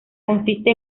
consiste